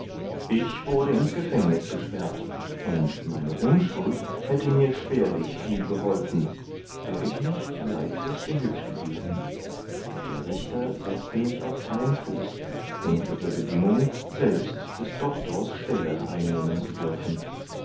ich wurde ins gefängniss gesperrt und meine unschuld hätte mir schwerlich viel geholfen wär ich nicht leidlich hübsch gewesen der richter setzte mich auf freien fuß unter der bedingung selbst des doctors stelle einnehmen zu dürfen